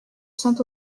saint